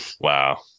Wow